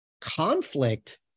conflict